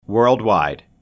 Worldwide